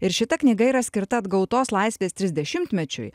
ir šita knyga yra skirta atgautos laisvės trisdešimtmečiui